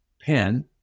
pen